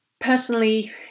personally